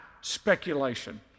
speculation